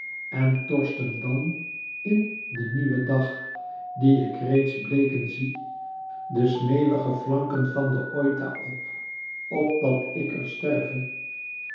en torst hem dan in den nieuwen dag dien ik reeds bleeken zie de sneeuwige flanken van den oita op opdat ik er sterve